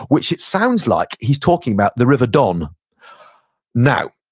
which it sounds like he's talking about the river don now,